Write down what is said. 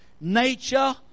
nature